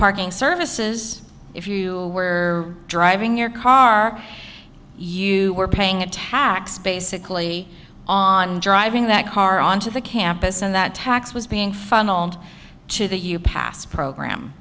parking services if you were driving your car you were paying a tax basically on driving that car onto the campus and that tax was being funneled to the you pass program